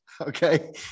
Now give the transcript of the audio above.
okay